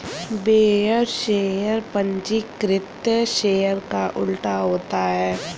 bearer share पंजीकृत share का उल्टा होता है